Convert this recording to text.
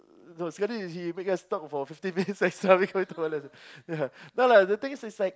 no sekali he make us talk for fifty minutes extra because we go toilet ya no lah the thing is is like